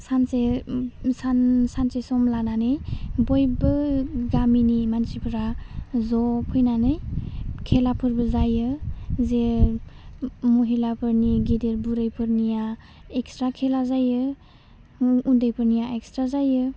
सानसे सान सानसे सम लानानै बयबो गामिनि मानसिफ्रा ज' फैनानै खेलाफोरबो जायो जे महिलाफोरनि गेदेर बुरैफोरनिया एकस्रा खेला जायो उन्दैफोरनिया एकस्रा जायो